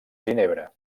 ginebra